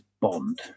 Bond